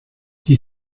die